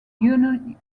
union